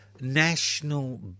national